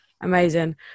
amazing